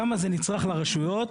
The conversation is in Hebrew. כמה זה נצרך לרשויות,